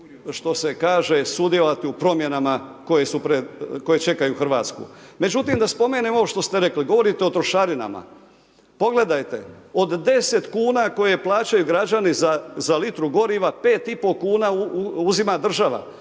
što se kaže sudjelovati u promjenama koje čekaju Hrvatsku. Međutim da spomenem ovo što ste rekli, govorite o trošarinama, pogledajte od 10 kuna koje plaćaju građani za litru goriva 5 i pol kuna uzima država,